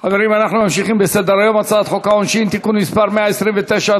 אנחנו ממשיכים בסדר-היום: הצעת חוק העונשין (תיקון מס' 129),